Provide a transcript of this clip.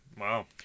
Wow